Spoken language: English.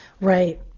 Right